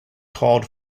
called